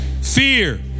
fear